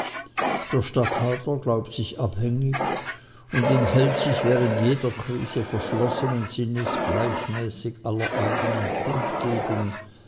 der statthalter glaubt sich abhängig und enthält sich während jeder krise verschlossenen sinnes gleichmäßig aller eigenen kundgebung